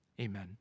Amen